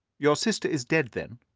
your sister is dead, then?